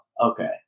Okay